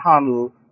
handle